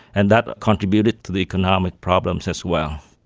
and that contributed to the economic problems as well.